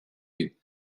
you